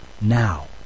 now